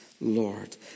Lord